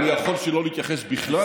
אני יכול שלא להתייחס בכלל,